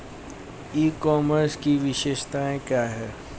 ई commerce की विशेषताएं क्या हैं?